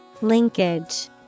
Linkage